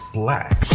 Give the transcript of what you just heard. black